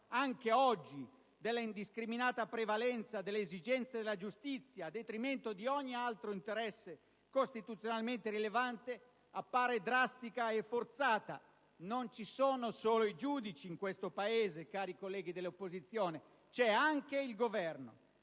circa l'indiscriminata prevalenza delle esigenze della giustizia a detrimento di ogni altro interesse costituzionalmente rilevante appare drastica e forzata. Non ci sono solo i giudici in questo Paese, cari colleghi dell'opposizione: c'è anche il Governo,